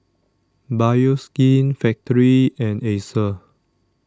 Bioskin Factorie and Acer